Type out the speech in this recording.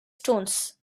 stones